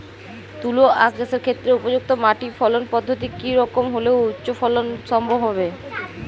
তুলো আঁখ চাষের ক্ষেত্রে উপযুক্ত মাটি ফলন পদ্ধতি কী রকম হলে উচ্চ ফলন সম্ভব হবে?